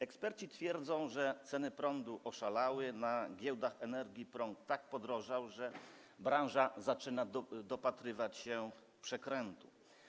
Eksperci twierdzą, że ceny prądu oszalały, na giełdach energii prąd tak podrożał, że branża zaczyna dopatrywać się przekrętu.